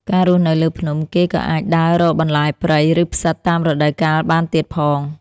ការរស់នៅលើភ្នំ គេក៏អាចដើររកបន្លែព្រៃ ឬផ្សិតតាមរដូវកាលបានទៀតផង។